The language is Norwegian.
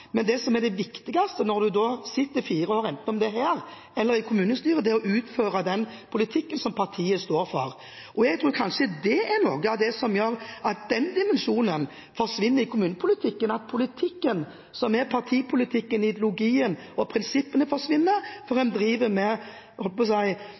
men det viktigste når en så sitter i fire år – enten det er her eller i kommunestyret – er å utføre den politikken som partiet står for. Jeg tror kanskje noe av det som gjør at den dimensjonen forsvinner i kommunepolitikken, er at politikken – som er partipolitikken, ideologien og prinsippene – forsvinner når en driver med – jeg holdt på